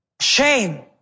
Shame